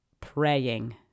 praying